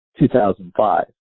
2005